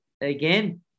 again